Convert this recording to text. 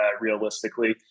realistically